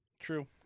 true